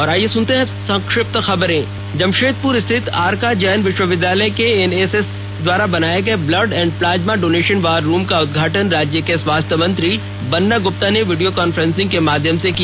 और अब संक्षिप्त खबरें जमशेदपुर स्थित आरका जैन विश्वविद्यालय के एन एस एस द्वारा बनाये गए blood and plasma donation war room का उदघाटन राज्य के स्वास्थ्य मंत्री बन्ना गुप्ता ने वीडियो कॉन्फ्रेंस के माध्यम से किया